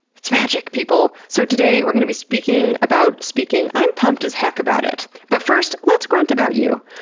it's magic, people! so today, we're going to be speaking about speaking. i'm pumped as heck about it but first, let's grunt about you.